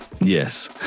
Yes